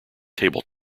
table